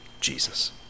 Jesus